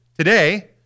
Today